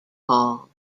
hall